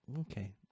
Okay